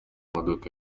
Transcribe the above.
maduka